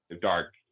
dark